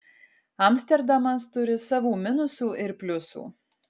amsterdamas turi savų minusų ir pliusų